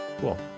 Cool